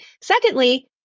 Secondly